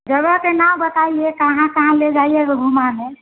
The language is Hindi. जगह के नाम बताइए कहाँ कहाँ ले जाएगा घूमाने